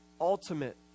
ultimate